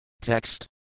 Text